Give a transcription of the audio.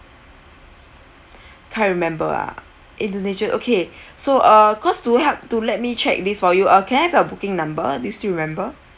can't remember ah indonesian okay so uh cause to help to let me check this for you uh can I have your booking number do you still remember